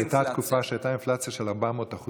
הייתה תקופה שהייתה אינפלציה של 400%